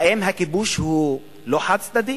האם הכיבוש הוא לא חד-צדדי?